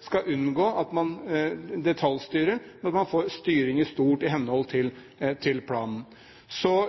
skal unngå at man detaljstyrer, men at man får styring i stort i henhold til planen.